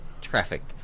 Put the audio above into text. traffic